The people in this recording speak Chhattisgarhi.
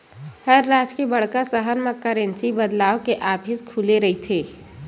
हर राज के बड़का सहर म करेंसी बदलवाय के ऑफिस खुले रहिथे